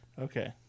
okay